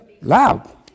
loud